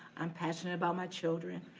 i'm passionate about my children,